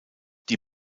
die